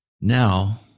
now